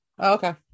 Okay